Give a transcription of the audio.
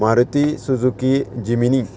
Maruti Suzuki Gemini